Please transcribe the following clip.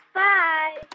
bye